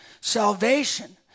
Salvation